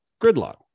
gridlock